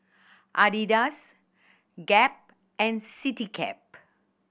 Adidas Gap and Citycab